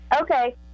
Okay